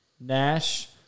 Nash